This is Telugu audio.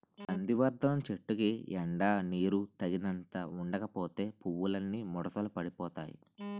నందివర్థనం చెట్టుకి ఎండా నీరూ తగినంత ఉండకపోతే పువ్వులన్నీ ముడతలు పడిపోతాయ్